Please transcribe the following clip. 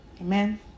Amen